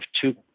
two